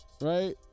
right